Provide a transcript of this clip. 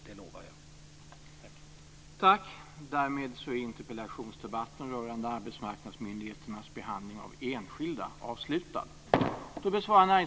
Det lovar jag.